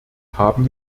haben